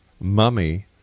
mummy